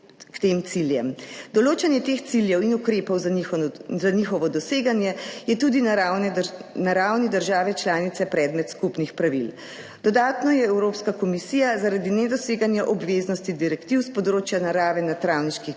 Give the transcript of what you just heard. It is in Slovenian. k tem ciljem. Določanje teh ciljev in ukrepov za njihovo doseganje je tudi na ravni države članice predmet skupnih pravil. Dodatno je Evropska komisija zaradi nedoseganja obveznosti direktiv s področja narave na travniških